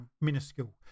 minuscule